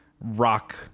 rock